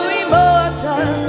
immortal